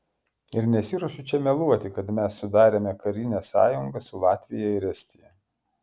ir nesiruošiu čia meluoti kad mes sudarėme karinę sąjungą su latvija ir estija